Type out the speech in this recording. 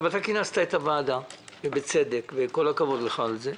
אתה כינסת את הוועדה, ובצדק, כל הכבוד לך על זה,